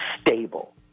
stable